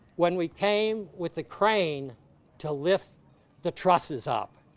when we came with a crane to lift the trusses up,